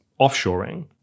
offshoring